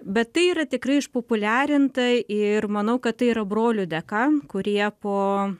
bet tai yra tikrai išpopuliarinta ir manau kad tai yra brolių dėka kurie po